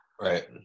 right